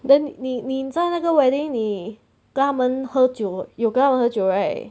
then 你你在那个 wedding 你跟他们喝酒有跟他们喝酒 right